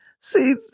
See